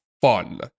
fun